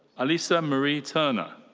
alyssa marie turner.